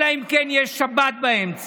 אלא אם כן יש שבת באמצע.